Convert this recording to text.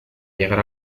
llegar